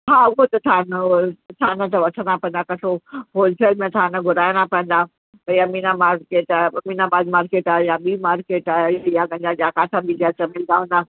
हा उहो त थान उहो थान त वठिणा पवंदा इकठो पोइ रिटेल में थान घुराइणा पवंदा भई अमीनाबाद ते त अमीनाबाद मार्केट आहे या ॿी मार्केट आहे इहा पंहिंजा या किथां बि इहा सभु ॾींदा हूंदा